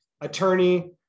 attorney